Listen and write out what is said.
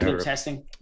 testing